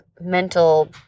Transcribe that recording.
mental